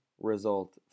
result